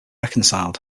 reconciled